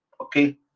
okay